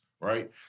Right